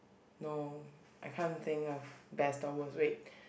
no I can't think of best or worst wait